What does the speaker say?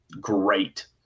great